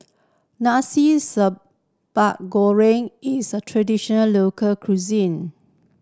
Nasi Sambal Goreng is a traditional local cuisine